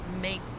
make